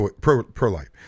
pro-life